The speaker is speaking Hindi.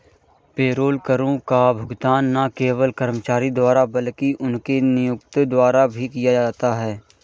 पेरोल करों का भुगतान न केवल कर्मचारी द्वारा बल्कि उनके नियोक्ता द्वारा भी किया जाता है